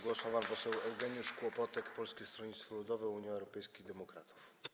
Głos ma pan poseł Eugeniusz Kłopotek, Polskie Stronnictwo Ludowe - Unia Europejskich Demokratów.